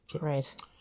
Right